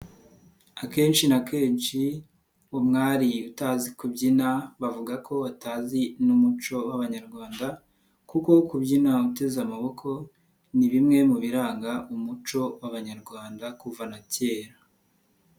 Akenshi na kenshi umwari utazi kubyina bavuga ko batazi n'umuco w'Abanyarwanda kuko kubyina uteze amaboko ni bimwe mu biranga umuco w'Abanyarwanda kuva na kera.